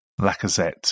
Lacazette